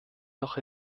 noch